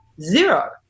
zero